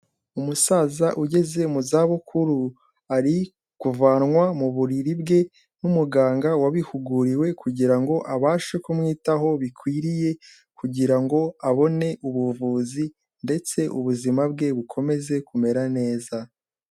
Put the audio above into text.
Umusaza ugeze mu za bukuru, ari kuvanwa mu buriri bwe n'umuganga wabihuguriwe, kugira ngo abashe kumwitaho bikwiriye, kugira ngo abone ubuvuzi ndetse ubuzima bwe bukomeze kumera neza.